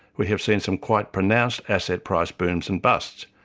we have seen some quite pronounced asset price booms and busts,